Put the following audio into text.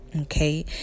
Okay